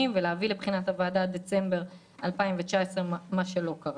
ולהביא לבחינת הוועדה עד דצמבר 2019. דבר זה לא קרה.